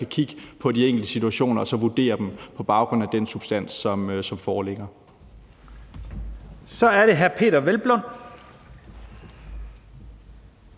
skal kigge på de enkelte situationer og så vurdere dem på baggrund af den substans, som foreligger. Kl. 11:34 Første